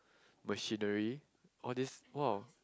machinery all these !wow!